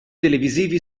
televisivi